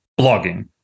blogging